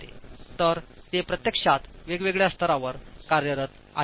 तर ते प्रत्यक्षात वेगवेगळ्या स्तरावर कार्यरत आहेत